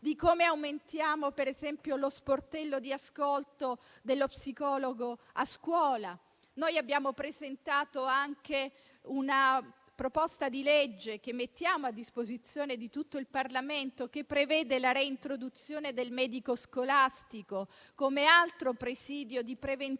di come aumentiamo, per esempio, lo sportello di ascolto dello psicologo a scuola. Abbiamo presentato anche una proposta di legge, che mettiamo a disposizione di tutto il Parlamento, con cui si prevede la reintroduzione del medico scolastico come altro presidio di prevenzione,